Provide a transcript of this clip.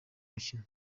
mukino